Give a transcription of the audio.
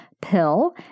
pill